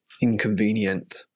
inconvenient